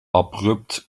abrupt